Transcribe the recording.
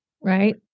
Right